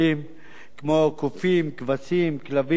כמו קופים, כבשים, כלבים, חזירים,